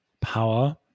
power